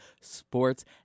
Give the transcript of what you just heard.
Sports